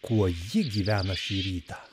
kuo ji gyvena šį rytą